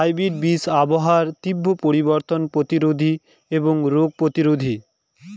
hybrid বীজ আবহাওয়ার তীব্র পরিবর্তন প্রতিরোধী এবং রোগ প্রতিরোধী